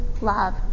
love